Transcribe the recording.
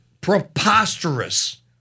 preposterous